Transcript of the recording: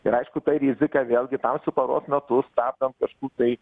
ir aišku ta riziką vėlgi tamsiu paros metu stabdant kažkur tai